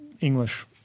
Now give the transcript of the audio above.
English